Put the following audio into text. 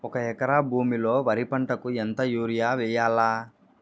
ఒక ఎకరా భూమిలో వరి పంటకు ఎంత యూరియ వేయల్లా?